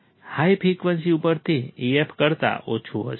high frequency ઉપર તે AF કરતાં ઓછું હશે